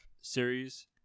series